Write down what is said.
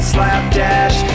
Slapdash